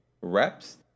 reps